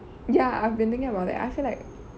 ya I've been thinking about that I feel like